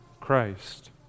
Christ